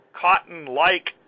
cotton-like